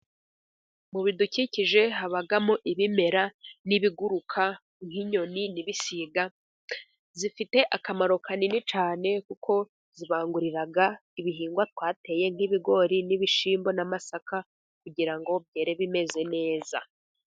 Mu bidukikije habamo ibimera, n'ibiguruka nk'inyoni, n'ibisiga. Zifite akamaro kanini cyane, kuko zibangurira ibihingwa twateye nk'ibigori, n'ibishyimbo, n'amasaka kugira ngo byere bimeze neza.